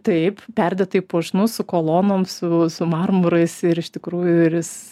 taip perdėtai puošnus su kolonom su su marmurais ir iš tikrųjų ir jis